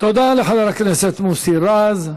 תודה לחבר הכנסת מוסי רז.